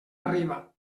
arriba